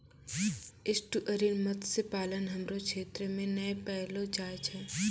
estuarine मत्स्य पालन हमरो क्षेत्र मे नै पैलो जाय छै